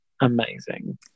Amazing